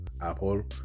Apple